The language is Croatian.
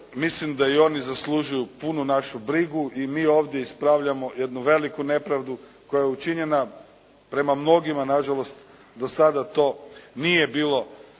mislim da i oni zaslužuju punu našu brigu i mi ovdje ispravljamo jednu veliku nepravdu koja je učinjena. Prema mnogima na žalost do sada to nije bilo